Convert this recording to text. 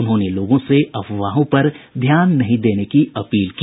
उन्होंने लोगों से अफवाहों पर ध्यान नहीं देने की अपील की